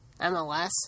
MLS